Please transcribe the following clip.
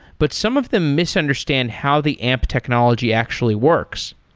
but some of them misunderstand how the amp technology actually works.